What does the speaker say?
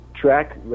track